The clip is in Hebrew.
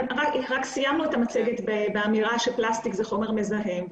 סיימנו את המצגת באמירה שפלסטיק זה חומר מזהם,